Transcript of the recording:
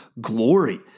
glory